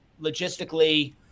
logistically